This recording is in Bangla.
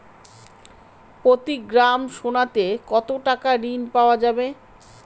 প্রতি গ্রাম সোনাতে কত টাকা ঋণ পাওয়া যাবে?